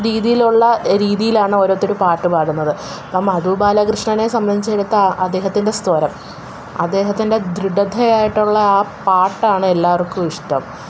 രീതിയിലുള്ള രീതിയിലാണ് ഓരോർത്തര് പാട്ട് പാടുന്നത് ഇപ്പോള് മധൂ ബാലകൃഷ്ണനെ സംബന്ധിച്ചിടത്ത് അദ്ദേഹത്തിന്റെ സ്വരം അദ്ദേഹത്തിൻ്റെ ധൃഢതയായിട്ടുള്ള ആ പാട്ടാണ് എല്ലാവർക്കും ഇഷ്ടം